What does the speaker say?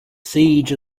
siege